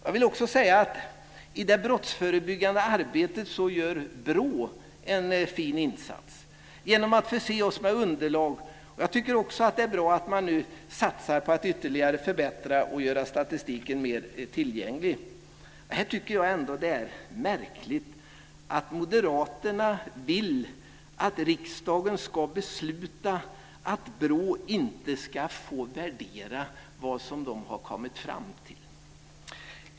Jag vill också säga i det brottsförebyggande arbetet gör BRÅ en fin insats genom att förse oss med underlag. Jag tycker att det också är bra att man satsar för att ytterligare förbättra och göra statistiken mer tillgänglig. Här är det ändå märkligt att moderaterna vill att riksdagen ska besluta att BRÅ inte ska få värdera vad de kommit fram till.